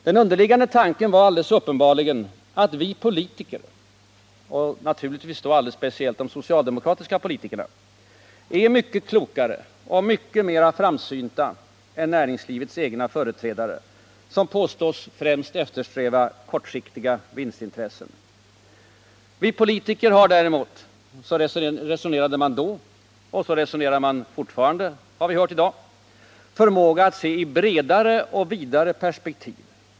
Den underliggande tanken var uppenbarligen att vi politiker — och naturligtvis då alldeles speciellt de socialdemokratiska politikerna —-är mycket klokare och mycket mer framsynta än näringslivets egna företrädare, vilka påstås främst eftersträva kortsiktiga vinstintressen. Vi politiker har däremot — så resonerade man då, och så resonerar man fortfarande, har vi hört i dag — förmåga att se i bredare och vidare perspektiv.